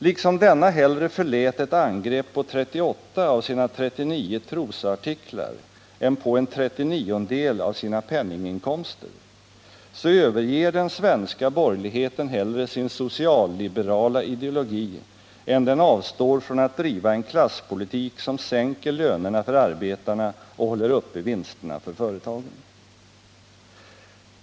Liksom denna hellre förlät ett angrepp på 38 av sina 39 trosartiklar än på en trettioniondel av sina penninginkomster, så överger den svenska borgerligheten hellre sin socialliberala ideologi än den avstår från att driva en klasspolitik som sänker lönerna för arbetarna och håller uppe vinsterna för företagen.